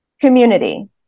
Community